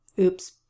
Oops